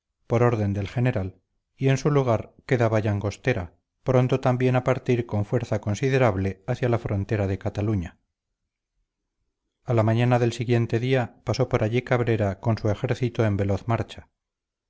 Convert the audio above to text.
por orden del general y en su lugar quedaba llangostera pronto también a partir con fuerza considerable hacia la frontera de cataluña a la mañana del siguiente día pasó por allí cabrera con su ejército en veloz marcha